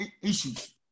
issues